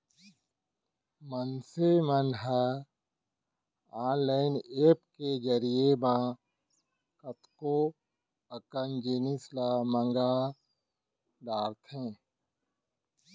मनसे मन ह ऑनलाईन ऐप के जरिए म कतको अकन जिनिस ल मंगा डरथे